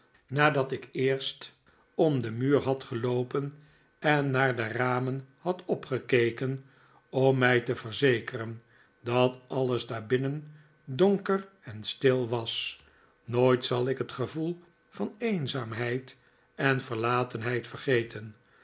nadat ik eerst om den muur had geloopen en naar de ramen had opgekeken om mij te verzekeren dat alles daar binnen donker en stil was nooit zal ik het gevoel van eenzaamheid en verlatenheid vergeten